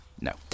No